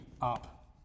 up